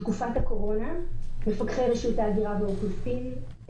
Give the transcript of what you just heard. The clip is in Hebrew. בתקופת הקורונה מפקדי רשות ההגירה והאוכלוסין,